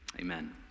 amen